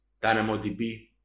DynamoDB